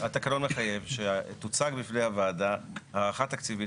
התקנון מחייב שתוצג בפני הוועדה הערכה תקציבית